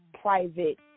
private